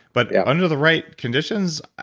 but under the right conditions,